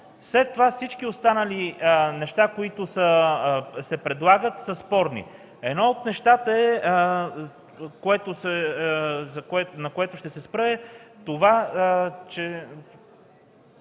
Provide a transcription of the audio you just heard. спор. Всички останали неща, които се предлагат, са спорни. Едно от нещата, на които ще се спра, е, че